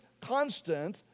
constant